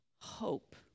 hope